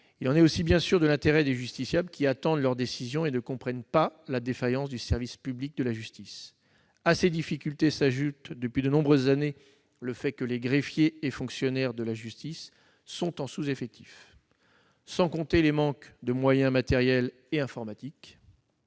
Il y va aussi bien sûr de l'intérêt des justiciables, qui attendent leur décision et ne comprennent pas la défaillance du service public de la justice. À ces difficultés s'ajoute depuis de nombreuses années le fait que les greffiers et les fonctionnaires de la justice sont en sous-effectifs. En outre, les moyens matériels et informatiques